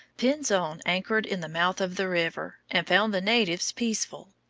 pinzon anchored in the mouth of the river, and found the natives peaceful.